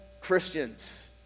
Christians